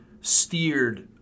steered